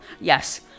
Yes